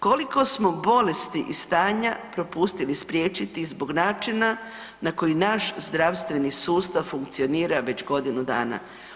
Koliko smo bolesti i stanja propustili spriječiti zbog načina na koji naš zdravstveni sustav funkcionira već godinu dana.